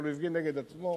אבל הוא הפגין נגד עצמו.